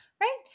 right